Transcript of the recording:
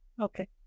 Okay